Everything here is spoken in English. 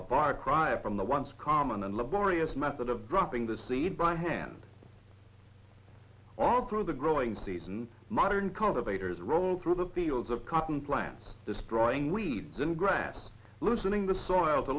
a cry from the once common and laborious method of dropping the seed by hand all through the growing season modern cultivators rolled through the fields of cotton plant destroying weeds and grass loosening the soil to